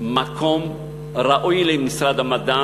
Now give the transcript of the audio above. מקום ראוי למשרד המדע,